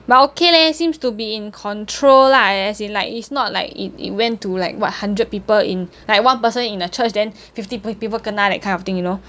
but okay leh seems to be in control lah like as in like it's not like it it went to like what hundred people in like one person in the church then fifty people kena that kind of thing you know